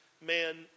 man